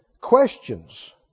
Questions